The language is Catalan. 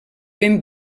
ben